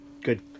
good